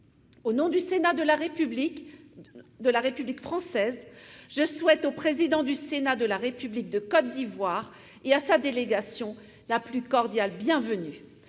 Au nom du Sénat de la République française, je souhaite au président du Sénat de la République de Côte d'Ivoire et à sa délégation la plus cordiale bienvenue.